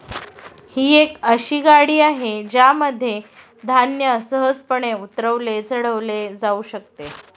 ही एक अशी गाडी आहे ज्यामध्ये धान्य सहजपणे उतरवले चढवले जाऊ शकते